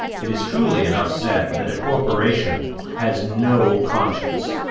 it is truly enough said that a corporation has no conscience